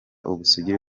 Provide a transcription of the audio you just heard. ubusugire